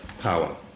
power